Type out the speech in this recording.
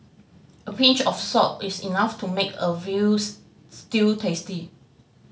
a pinch of salt is enough to make a veal stew tasty